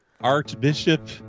Archbishop